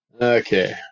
Okay